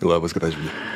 labas gražvydai